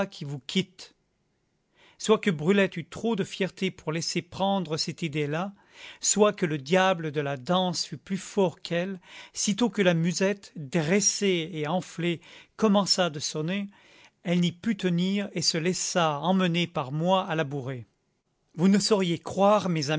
qui vous quitte soit que brulette eût trop de fierté pour laisser prendre cette idée-là soit que le diable de la danse fut plus fort qu'elle sitôt que la musette dressée et enflée commença de sonner elle n'y put tenir et se laissa emmener par moi à la bourrée vous ne sauriez croire